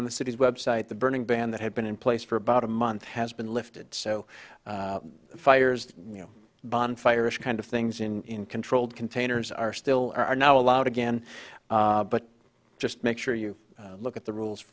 on the city's website the burning band that had been in place for about a month has been lifted so fires bonfires kind of things in controlled containers are still are now allowed again but just make sure you look at the rules